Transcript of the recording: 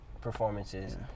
performances